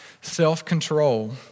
self-control